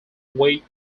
weight